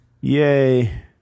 Yay